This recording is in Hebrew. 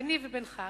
ביני ובינך,